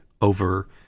over